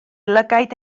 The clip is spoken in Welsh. lygaid